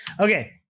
Okay